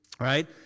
Right